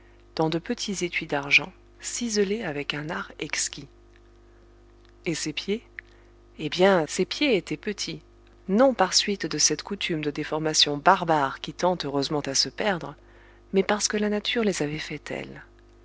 dans de petits étuis d'argent ciselés avec un art exquis et ses pieds eh bien ses pieds étaient petits non par suite de cette coutume de déformation barbare qui tend heureusement à se perdre mais parce que la nature les avait faits tels